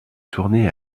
tournées